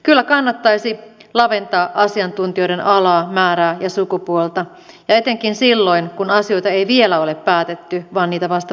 kyllä kannattaisi laventaa asiantuntijoiden alaa määrää ja sukupuolta ja etenkin silloin kun asioita ei vielä ole päätetty vaan niitä vasta pohdiskellaan